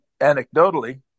anecdotally